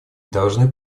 должны